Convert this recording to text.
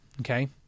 Okay